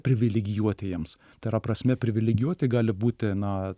privilegijuotiems tai yra prasme privilegijuoti gali būti na